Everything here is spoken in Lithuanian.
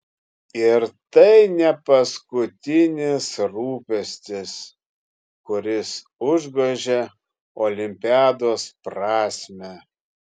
ir tai ne paskutinis rūpestis kuris užgožia olimpiados prasmę